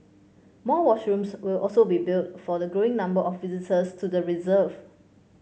more washrooms will also be built for the growing number of visitors to the reserve